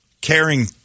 caring